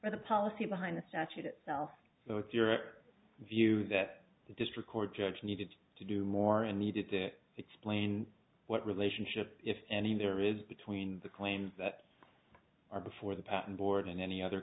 or the policy behind the statute itself so if your view that the district court judge needed to do more and needed to explain what relationship if any there is between the claims that are before the patent board and any other